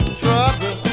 trouble